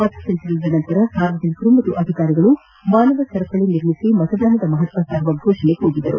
ಪಥಸಂಚಲನದ ನಂತರ ಸಾರ್ವಜನಿಕರು ಮತ್ತು ಅಧಿಕಾರಿಗಳು ಮಾನವ ಸರಪಳಿ ನಿರ್ಮಿಸಿ ಮತದಾನದ ಮಪತ್ವ ಸಾರುವ ಘೋಷಣೆ ಕೂಗಿದರು